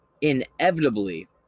Inevitably